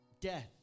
death